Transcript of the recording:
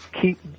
keep